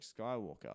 Skywalker